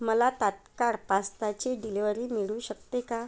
मला तात्काळ पास्ताची डिलेवरी मिळू शकते का